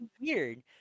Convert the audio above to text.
weird